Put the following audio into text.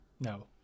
No